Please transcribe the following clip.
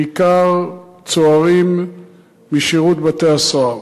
בעיקר צוערים משירות בתי-הסוהר.